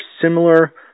similar